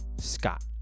Scott